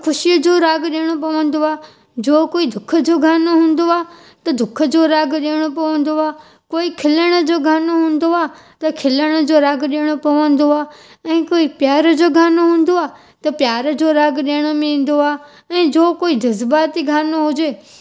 त ख़ुशीअ जो राग ॾियणो पवंदो आहे जो कोई दुखु जो गानो गानो हूंदो आहे त दुख जो रागु ॾियणो पवंदो आहे कोई खिलण जो गानो हूंदो आहे त खिलण जो रागु ॾियणो पवंदो आहे ऐं कोई प्यार जो गानो हूंदो आहे त प्यार जो रागु ॾियण में ईंदो आहे ऐं जो कोई जज़्बाती ॻानो हुजे